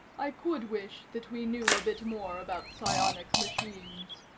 i could wish that we knew a bit more about psionic machines.